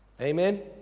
Amen